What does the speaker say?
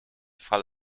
fall